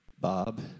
Bob